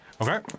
Okay